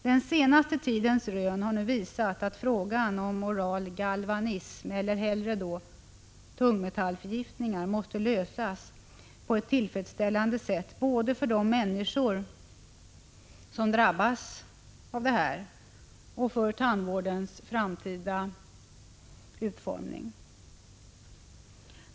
Den senaste tidens rön har visat att frågan om oral galvanism, eller hellre tungmetallförgiftningar, måste lösas på ett tillfredsställande sätt både för de människor som drabbats av detta och för tandvårdens framtida utformning.